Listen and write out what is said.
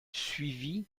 suivit